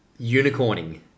Unicorning